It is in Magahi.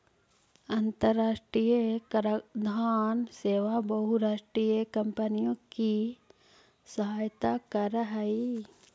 अन्तराष्ट्रिय कराधान सेवा बहुराष्ट्रीय कॉम्पनियों की सहायता करअ हई